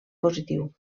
positiu